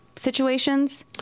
situations